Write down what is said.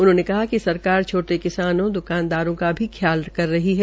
उन्होंने कहा कि सरकार छोट किसानों द्रकानदारों का भी ख्याल कर रही है